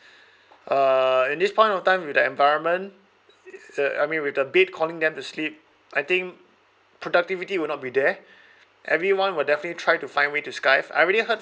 uh and this point of time with the environment the I mean with the bed calling them to sleep I think productivity will not be there everyone will definitely try to find way to skive I already heard